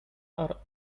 are